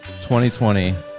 2020